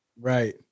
Right